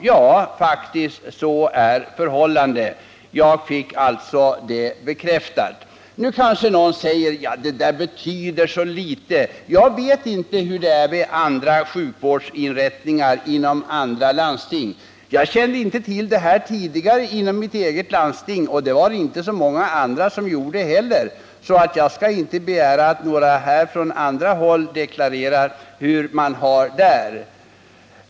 — Ja, faktiskt, så är förhållandet. Jag fick alltså detta bekräftat. Nu kanske någon säger: Det där betyder så litet. Jag vet inte hur det är vid sjukvårdsinrättningarna inom andra landsting. Jag kände inte tidigare själv till att det var så här inom mitt eget landsting, och det var det inte så många andra som gjorde heller. Jag skall därför inte begära att några från andra håll här deklarerar hur man gör där.